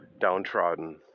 downtrodden